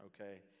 okay